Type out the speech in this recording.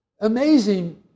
Amazing